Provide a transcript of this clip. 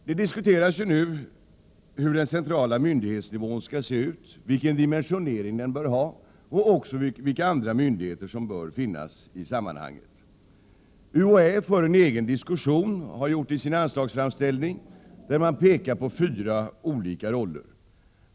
Det diskuteras nu hur den centrala myndighetsnivån skall se ut, vilken dimensionering den bör ha och vilka andra myndigheter som bör finnas i sammanhanget. UHÄ för en egen diskussion, vilket också framgår av UHÄ:s anslagsframställning, där man pekar på fyra olika roller.